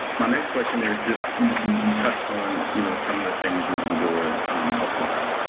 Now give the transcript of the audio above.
my next question is, just you touched on you know some of the things you've endured health wise.